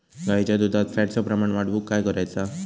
गाईच्या दुधात फॅटचा प्रमाण वाढवुक काय करायचा?